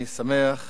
אני שמח